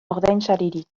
ordainsaririk